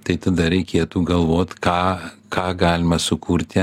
tai tada reikėtų galvot ką ką galima sukurti